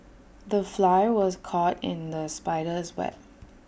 the fly was caught in the spider's web